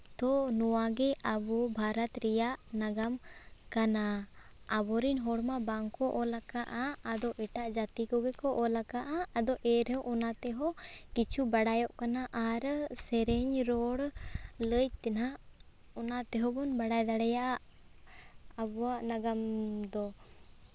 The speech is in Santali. ᱛᱳ ᱱᱚᱣᱟᱜᱮ ᱟᱵᱚ ᱵᱷᱟᱨᱚᱛ ᱨᱮᱭᱟᱜ ᱱᱟᱜᱟᱢ ᱠᱟᱱᱟ ᱟᱵᱚᱨᱮᱱ ᱦᱚᱲ ᱢᱟ ᱵᱟᱝ ᱠᱚ ᱚᱞ ᱠᱟᱜᱼᱟ ᱟᱫᱚ ᱮᱴᱟᱜ ᱡᱟᱹᱛᱤ ᱠᱚᱜᱮ ᱠᱚ ᱚᱞ ᱠᱟᱜᱼᱟ ᱟᱫᱚ ᱮᱱᱨᱮᱦᱚᱸ ᱚᱱᱟ ᱛᱮᱦᱚᱸ ᱠᱤᱪᱷᱩ ᱵᱟᱲᱟᱭᱚᱜ ᱠᱟᱱᱟ ᱥᱮᱨᱮᱧ ᱨᱚᱲ ᱞᱟᱹᱭ ᱛᱮᱦᱟᱸᱜ ᱚᱱᱟ ᱛᱮᱦᱚᱸᱵᱚᱱ ᱵᱟᱰᱟᱭ ᱫᱟᱲᱮᱭᱟᱜ ᱟᱵᱚᱣᱟᱜ ᱱᱟᱜᱟᱢ ᱫᱚ